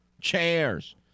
chairs